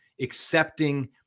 accepting